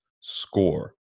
score